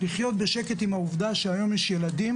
לחיות בשקט עם העובדה שהיום יש ילדים